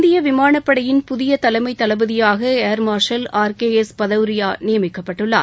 இந்திய விமானப்படையின் புதிய தலைமை தளபதியாக air marshal R K S Bhadauria நியமிக்கப்பட்டுள்ளார்